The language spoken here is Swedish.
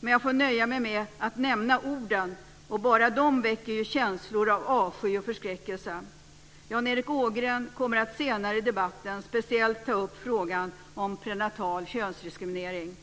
Men jag får nöja mig med att nämna orden, och bara de väcker ju känslor av avsky och förskräckelse. Jan Erik Ågren kommer att senare i debatten speciellt ta upp frågan om prenatal könsdiskriminering.